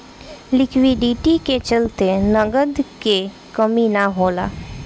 liquidity के चलते नगद के कमी ना होला